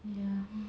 ya